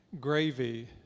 gravy